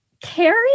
Carrie